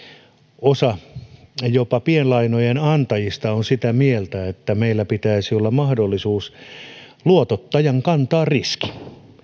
eduskunnassa tervehtiä osa jopa pienlainojen antajista on sitä mieltä että meillä pitäisi olla mahdollisuus luotottajan kantaa riski